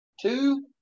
Two